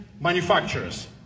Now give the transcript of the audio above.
manufacturers